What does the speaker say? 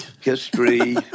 history